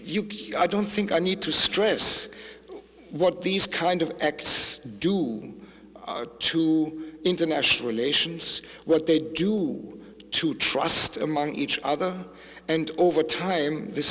i don't think i need to stress what these kind of acts do to international relations what they do to trust among each other and over time th